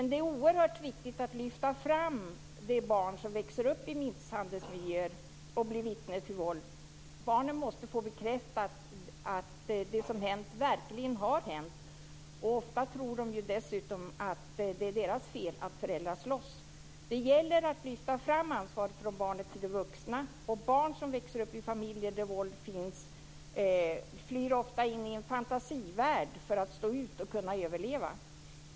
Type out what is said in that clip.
Det är dock oerhört viktigt att lyfta fram de barn som växer upp i misshandelsmiljöer och blir vittne till våld. Barnen måste få bekräftat att det som hänt verkligen har hänt. Ofta tror de dessutom att det är deras fel att föräldrarna slåss. Det gäller att lyfta ansvaret från barnen till de vuxna. Barn som växer upp i familjer där våld förekommer flyr ofta in i en fantasivärld för att stå ut och kunna överleva.